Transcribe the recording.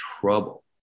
trouble